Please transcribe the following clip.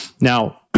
Now